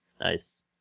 Nice